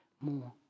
more